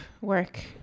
work